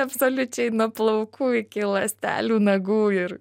absoliučiai nuo plaukų iki ląstelių nagų ir